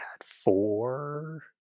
four